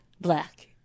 black